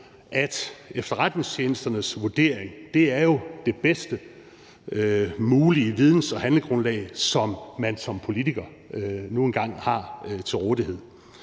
at efterretningstjenesternes vurdering jo er det bedst mulige videns- og handlegrundlag, som man som politiker nu engang har til rådighed.